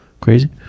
Crazy